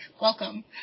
Welcome